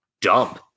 dump